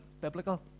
biblical